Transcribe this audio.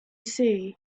see